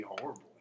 horrible